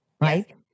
right